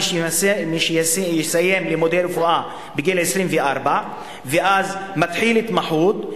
מי שיסיים לימודי רפואה בגיל 24 ואז מתחיל התמחות,